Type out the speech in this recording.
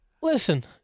Listen